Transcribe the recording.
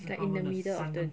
it's like in the middle of the